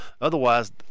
Otherwise